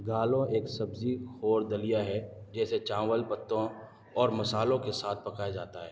گالہو ایک سبزی خور دلیہ ہے جیسے چاول پتوں اور مسالوں کے ساتھ پکایا جاتا ہے